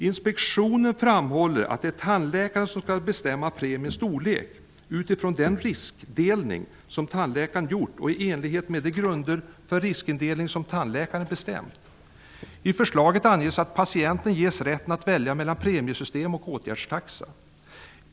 Inspektionen framhåller att det är tandläkaren som skall bestämma premiens storlek, utifrån den riskindelning som tandläkaren gjort och i enlighet med de grunder för riskindelning som tandläkaren bestämt. I förslaget anges att patienten ges rätten att välja mellan premiesystem och åtgärdstaxa.